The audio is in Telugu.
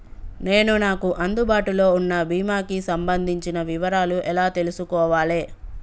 నేను నాకు అందుబాటులో ఉన్న బీమా కి సంబంధించిన వివరాలు ఎలా తెలుసుకోవాలి?